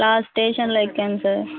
last స్టేషన్లో ఎక్కాను sir